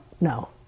No